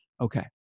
Okay